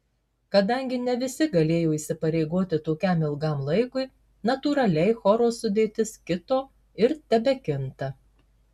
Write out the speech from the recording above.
kadangi ne visi galėjo įsipareigoti tokiam ilgam laikui natūraliai choro sudėtis kito ir tebekinta